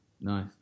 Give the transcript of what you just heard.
nice